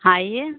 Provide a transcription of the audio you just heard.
हाँ आइए